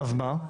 אז מה?